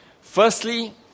Firstly